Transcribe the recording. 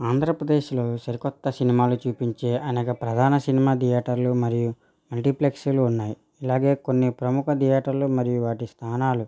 ఆంధ్రప్రదేశ్లో సరికొత్త సినిమాలు చూపించే అనేక ప్రధాన సినిమా థియేటర్లు మరియు మల్టీప్లెక్స్ లు ఉన్నాయి అలాగే కొన్ని ప్రముఖ థియేటర్లు మరియు వాటి స్థానాలు